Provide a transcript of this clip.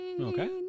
Okay